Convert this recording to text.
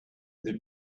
the